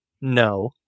no